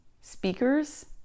speakers